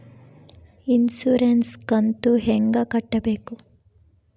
Insurance ಕಂತು ಹೆಂಗ ಕಟ್ಟಬೇಕು?